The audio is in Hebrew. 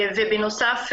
ובנוסף,